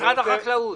משרד החקלאות.